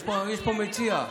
יש פה מציע.